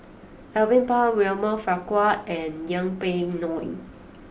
Alvin Pang William Farquhar and Yeng Pway Ngon